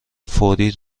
فوری